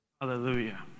Hallelujah